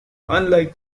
unlike